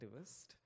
activist